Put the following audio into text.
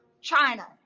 China